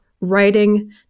writing